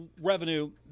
revenue